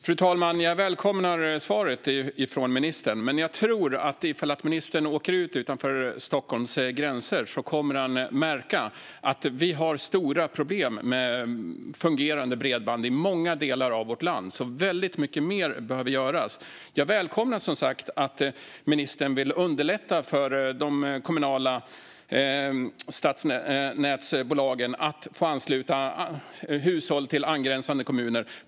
Fru talman! Jag välkomnar svaret från ministern, men jag tror att ifall ministern åker utanför Stockholms gränser kommer han att märka att vi har stora problem när det gäller fungerande bredband i många delar av vårt land. Väldigt mycket mer behöver alltså göras. Jag välkomnar som sagt att ministern vill underlätta för de kommunala stadsnätsbolagen att ansluta hushåll till angränsande kommuner.